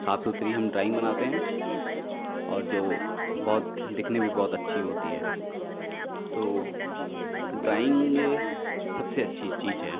साफ़ सुथरी हम ड्राइंग बनाते हैं और जो बहुत दिखने में बहुत अच्छी होती है तो ड्राइंग सबसे अच्छी चीज़ है